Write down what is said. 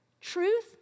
Truth